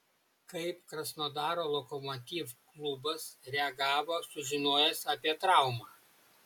kaip krasnodaro lokomotiv klubas reagavo sužinojęs apie traumą